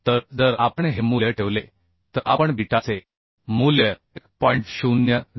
तर जर आपण हे मूल्य ठेवले तर आपण बीटाचे मूल्य 1